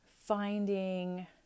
finding